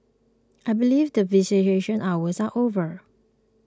I believe that visitation hours are over